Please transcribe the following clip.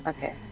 Okay